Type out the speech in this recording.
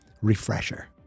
refresher